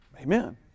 Amen